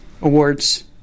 awards